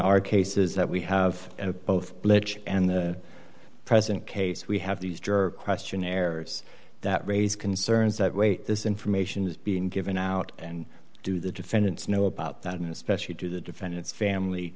our cases that we have at both and the present case we have these jerk questionnaires that raise concerns that wait this information is being given out and do the defendants know about that in especially to the defendant's family